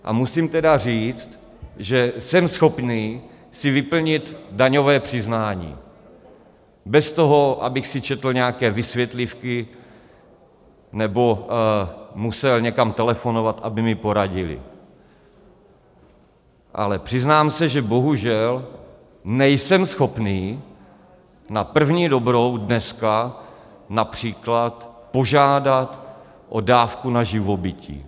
A musím tedy říct, že jsem schopný si vyplnit daňové přiznání bez toho, abych si četl nějaké vysvětlivky nebo musel někam telefonovat, aby mi poradili, ale přiznám se, že bohužel nejsem schopný na první dobrou dneska například požádat o dávku na živobytí.